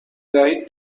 دهید